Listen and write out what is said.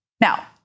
Now